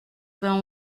vingt